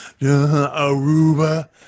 Aruba